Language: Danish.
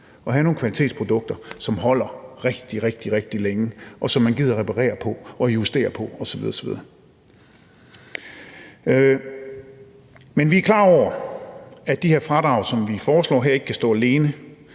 nogle kvalitetsprodukter, som holder rigtig, rigtig længe, og som man gider at reparere og justere på osv. osv. Vi er klar over, at de her fradrag, som vi foreslår her, ikke kan stå alene,